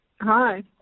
Hi